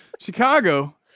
Chicago